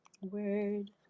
Word